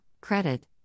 Credit